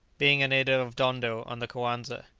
being a native of dondo on the coanza.